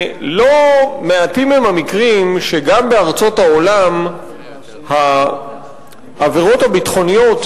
לא מעטים הם המקרים שגם בארצות העולם העבירות הביטחוניות